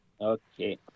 Okay